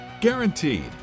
guaranteed